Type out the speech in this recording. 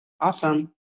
Awesome